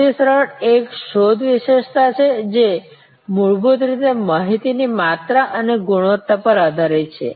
સૌથી સરળ એક શોધ વિશેષતા છે જે મૂળભૂત રીતે માહિતીની માત્રા અને ગુણવત્તા પર આધારિત છે